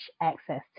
access